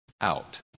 out